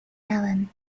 allan